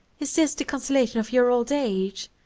is this the consolation of your old age?